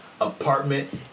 apartment